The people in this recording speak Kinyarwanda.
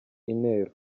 intero